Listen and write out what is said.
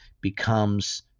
becomes